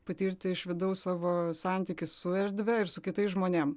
patirti iš vidaus savo santykius su erdve ir su kitais žmonėm